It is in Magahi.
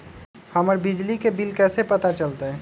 हमर बिजली के बिल कैसे पता चलतै?